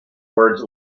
words